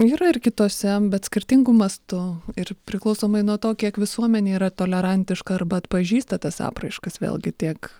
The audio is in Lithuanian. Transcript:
yra ir kitose bet skirtingu mastu ir priklausomai nuo to kiek visuomenė yra tolerantiška arba atpažįsta tas apraiškas vėlgi tiek